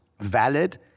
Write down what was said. valid